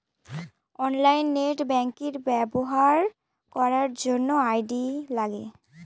online net banking ব্যবহার করার জন্য আই.ডি লাগে